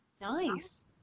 nice